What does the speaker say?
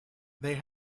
they